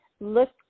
look